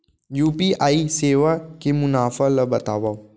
UPI सेवा के मुनाफा ल बतावव?